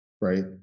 right